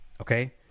Okay